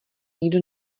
nikdo